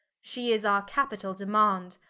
she is our capitall demand,